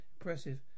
Impressive